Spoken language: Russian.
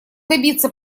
добиться